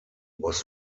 was